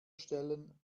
stellen